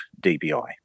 dBi